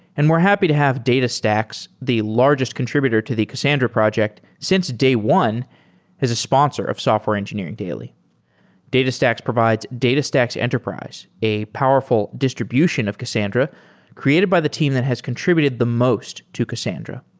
and we're happy to have datastax, the largest contributed to the cassandra project since day one as a sponsor of software engineering daily datastax provides datastax enterprise, a powerful distribution of cassandra created by the team that has contributed the most to cassandra.